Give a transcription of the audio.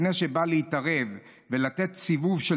לפני שהוא בא להתערב ולתת סיבוב של